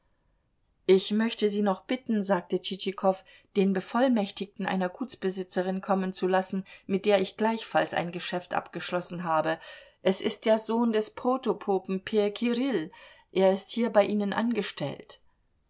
ich möchte sie noch bitten sagte tschitschikow den bevollmächtigten einer gutsbesitzerin kommen zu lassen mit der ich gleichfalls ein geschäft abgeschlossen habe es ist der sohn des protopopen p kirill er ist hier bei ihnen angestellt